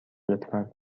لطفا